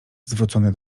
zwrócony